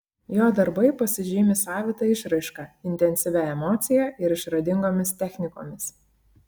jo darbai pasižymi savita išraiška intensyvia emocija ir išradingomis technikomis